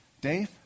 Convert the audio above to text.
Dave